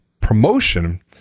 promotion